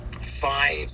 five